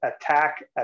attack